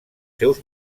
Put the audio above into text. seus